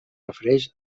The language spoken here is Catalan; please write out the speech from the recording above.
refereix